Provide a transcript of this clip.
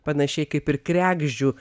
panašiai kaip ir kregždžių